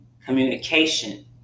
communication